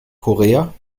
korea